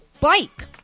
bike